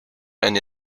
and